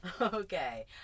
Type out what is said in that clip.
Okay